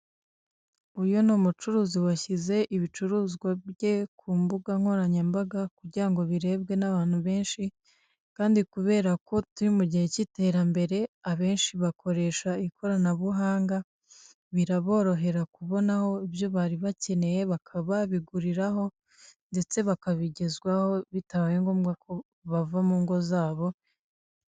Uyu ni umucuruzi washyize ibicuruzwa bye ku mbuga nkoranyambaga, kugira ngo birebwe n'abantu benshi, kandi kubera ko turi mu gihe cy'iterambere, abenshi bakoresha ikoranabuhanga, biraborohera kubonaho ibyo bari bakeneye baka babiguriraho, ndetse bakabigezwaho bitabaye ngombwa ko bava mu ngo zabo.